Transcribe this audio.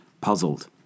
puzzled